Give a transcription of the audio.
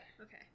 Okay